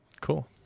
Cool